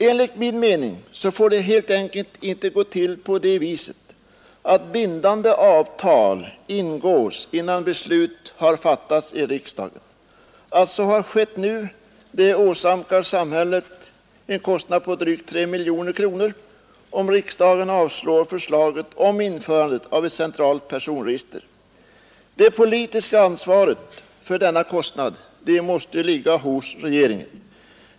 Enligt min mening får det helt enkelt inte gå till på det viset att bindande avtal ingås innan beslut fattats i riksdagen. Att så har skett nu kommer att åsamka samhället en kostnad på drygt 3 miljoner kronor, om riksdagen avslår förslaget om införande av ett centralt personregister. Det politiska ansvaret för denna kostnad måste ligga hos regeringen.